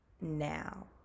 now